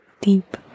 deep